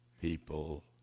people